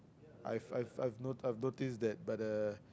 I've I've I've not~ I've notice that but the